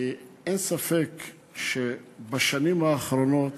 אין ספק שבשנים האחרונות,